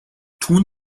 tun